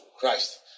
Christ